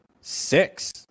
six